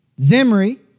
Zimri